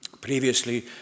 previously